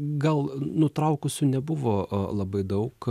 gal nutraukusių nebuvo labai daug